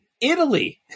Italy